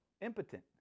impotent